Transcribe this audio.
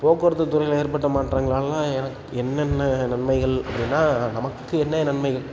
போக்குவரத்துத் துறையில் ஏற்பட்ட மாற்றங்களெல்லாம் எனக் என்னென்ன நன்மைகள் அப்படின்னா நமக்கு என்ன நன்மைகள்